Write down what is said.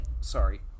Sorry